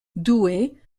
douée